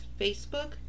facebook